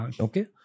Okay